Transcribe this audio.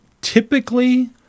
typically